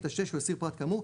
יטשטש או יסיר פרט כאמור,